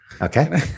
Okay